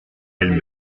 elles